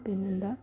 പിന്നെയെന്താ